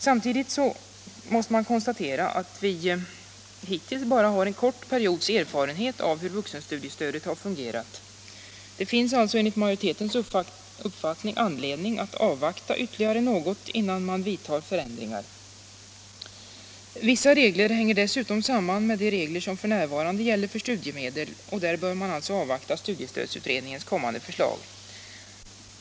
Samtidigt måste man konstatera att vi hittills bara har en kort periods erfarenhet av hur vuxenstudiestödet har fungerat. Det finns alltså, enligt majoritetens uppfattning, anledning att avvakta ytterligare något innan man vidtar förändringar. Vissa regler hänger dessutom samman med de regler som f. n. gäller för studiemedel, och där bör man alltså avvakta studiestödsutredningens kommande förslag.